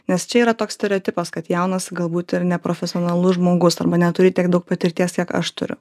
nes čia yra toks stereotipas kad jaunas galbūt ir neprofesionalus žmogus arba neturi tiek daug patirties kiek aš turiu